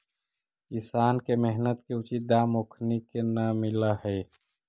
किसान के मेहनत के उचित दाम ओखनी के न मिलऽ हइ